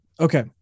Okay